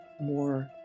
more